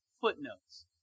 footnotes